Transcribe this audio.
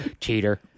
Cheater